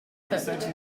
hooked